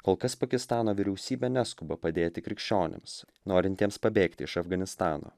kol kas pakistano vyriausybė neskuba padėti krikščionims norintiems pabėgti iš afganistano